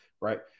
right